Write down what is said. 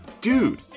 Dude